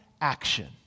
action